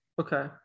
okay